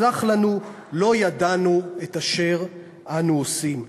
סלח לנו, לא ידענו את אשר אנו עושים.